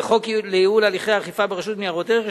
לחוק לייעול הליכי האכיפה ברשות ניירות ערך,